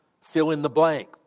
fill-in-the-blank